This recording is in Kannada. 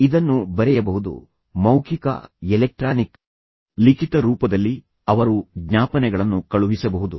ಇದನ್ನು ಬರೆಯಬಹುದು ಮೌಖಿಕ ಎಲೆಕ್ಟ್ರಾನಿಕ್ ಲಿಖಿತ ರೂಪದಲ್ಲಿ ಅವರು ಜ್ಞಾಪನೆಗಳನ್ನು ಕಳುಹಿಸಬಹುದು